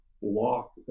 walk